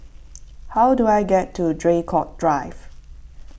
how do I get to Draycott Drive